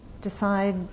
decide